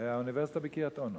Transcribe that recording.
האוניברסיטה בקריית-אונו,